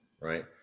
right